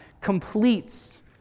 completes